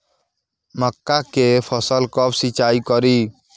मका के फ़सल कब सिंचाई करी?